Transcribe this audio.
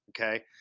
Okay